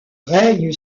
règne